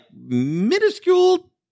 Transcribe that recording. minuscule